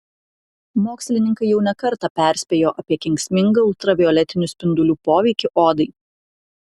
mokslininkai jau ne kartą perspėjo apie kenksmingą ultravioletinių spindulių poveikį odai